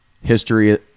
history